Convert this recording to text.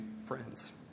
friends